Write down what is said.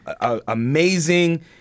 amazing